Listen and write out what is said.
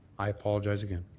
i apologize again.